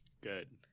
Good